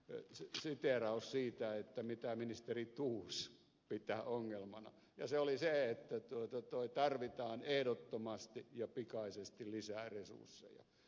wideroosin siteeraus siitä mitä ministeri thors pitää ongelmana ja se oli se että tarvitaan ehdottomasti ja pikaisesti lisää resursseja